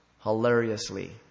Hilariously